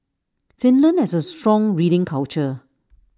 Finland has A strong reading culture